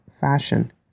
fashion